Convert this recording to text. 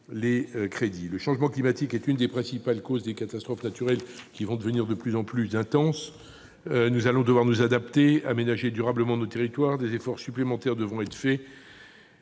augmentation. Le changement climatique est l'une des principales causes des catastrophes naturelles, lesquelles vont devenir de plus en plus intenses. Nous allons donc devoir nous adapter et aménager durablement nos territoires. Des efforts supplémentaires devront être faits